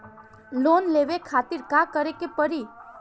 Loan लेवे खातिर का करे के पड़ी?